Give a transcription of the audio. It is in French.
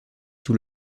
sous